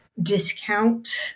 discount